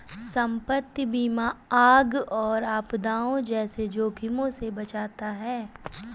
संपत्ति बीमा आग और आपदाओं जैसे जोखिमों से बचाता है